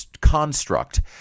construct